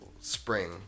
spring